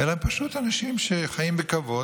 אלא פשוט אנשים שחיים בכבוד,